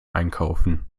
einkaufen